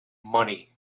money